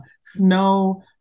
Snow